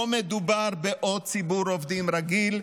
לא מדובר בעוד ציבור עובדים רגיל,